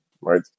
right